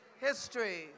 history